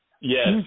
yes